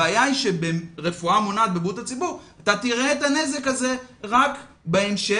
הבעיה היא שברפואה מונעת בבריאות הציבור אתה תראה את הנזק הזה רק בהמשך.